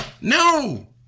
No